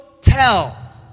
tell